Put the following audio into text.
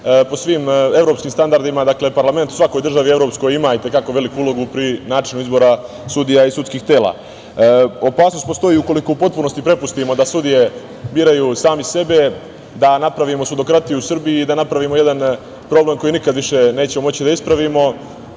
po svim evropskim standardima. Dakle, parlament u svakoj evropskoj državi ima jako veliku ulogu pri načinu izbora sudija i sudskih tela. Opasnost postoji ukoliko u potpunosti prepustimo da sudije biraju sami sebe da napravimo sudokratiju u Srbiji i da napravimo problem koji nikad više nećemo moći da ispravimo. Naravno